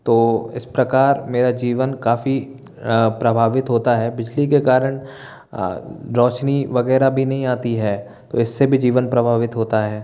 तो इस प्रकार मेरा जीवन काफ़ी प्रभावित होता है बिजली के कारण रोशनी वगैरह भी नहीं आती है तो इससे भी जीवन प्रभावित होता है